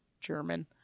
German